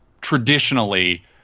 traditionally